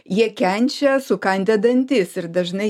jie kenčia sukandę dantis ir dažnai